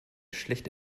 schlecht